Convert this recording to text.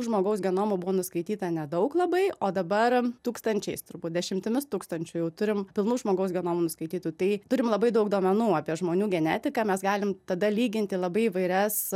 žmogaus genomų buvo nuskaityta nedaug labai o dabar tūkstančiais turbūt dešimtimis tūkstančių jau turim pilnų žmogaus genomų nuskaitytų tai turim labai daug duomenų apie žmonių genetiką mes galim tada lyginti labai įvairias